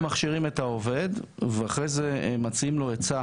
אנחנו מכשירים את העובד ואחרי זה מציעים לו היצע